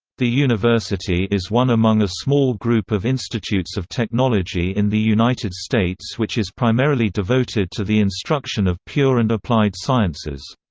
the university is one among a small group of institutes of technology in the united states which is primarily devoted to the instruction of pure and applied sciences.